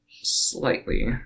slightly